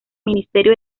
ministerio